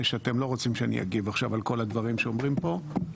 שאתם לא רוצים שאני אגיב עכשיו על כל הדברים שאומרים כאן.